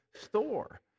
store